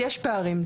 יש פערים,